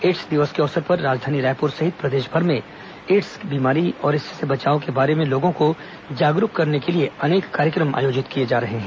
AIDS दिवस के अवसर पर राजधानी रायपुर सहित प्रदेशभर में एड़स बीमारी और इससे बचाव के बारे में लोगों को जागरूक करने के लिए अनेक कार्यक्रम आयोजित किए जा रहे हैं